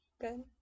Good